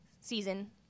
season